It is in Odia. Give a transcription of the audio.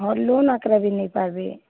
ହଁ ଲୋନ୍ ଆକାର୍ରେ ବି ନେଇପାର୍ବେ